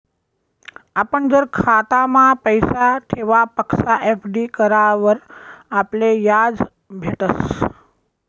आपण जर खातामा पैसा ठेवापक्सा एफ.डी करावर आपले याज भेटस